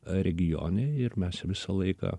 regione ir mes visą laiką